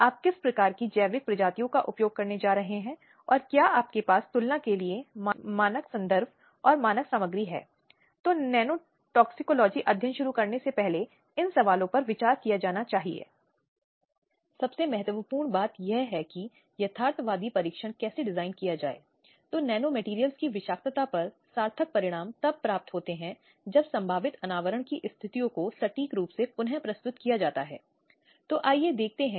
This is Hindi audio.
अब इसलिए सिविल सोसाइटी संगठन का तात्पर्य सामुदायिक समूहों गैर सरकारी संगठनों श्रमिक संघों स्वदेशी समूहों धर्मार्थ संगठनों विश्वास आधारित संगठनों पेशेवर संगठनों और संस्थाओं का उल्लेख करते हैं